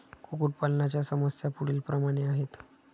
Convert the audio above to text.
कुक्कुटपालनाच्या समस्या पुढीलप्रमाणे आहेत